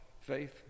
faith